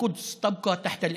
עסקת המאה.